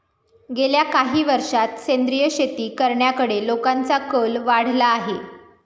गेल्या काही वर्षांत सेंद्रिय शेती करण्याकडे लोकांचा कल वाढला आहे